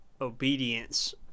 obedience